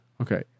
Okay